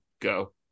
go